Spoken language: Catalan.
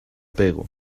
pego